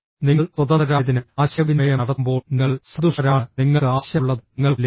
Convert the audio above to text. നിങ്ങൾ സ്വതന്ത്രരായതിനാൽ ആശയവിനിമയം നടത്തുമ്പോൾ നിങ്ങൾ സന്തുഷ്ടരാണ് നിങ്ങൾക്ക് ആവശ്യമുള്ളത് നിങ്ങൾക്ക് ലഭിക്കും